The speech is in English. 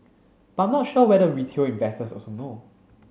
but I'm not sure whether retail investors also know